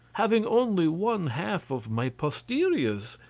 having only one-half of my posteriors,